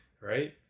right